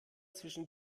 zwischen